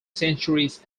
centuries